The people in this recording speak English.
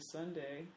Sunday